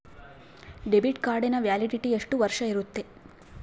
Debit ಕಾರ್ಡಿನ validity ಎಷ್ಟು ವರ್ಷ ಇರುತ್ತೆ?